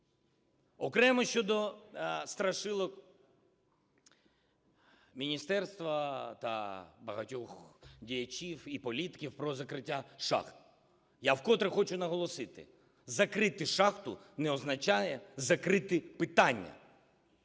Окремо щодо страшилок міністерства та багатьох діячів і політиків про закриття шахт. Я вкотре хочу наголосити: закрити шахту не означає закрити питання.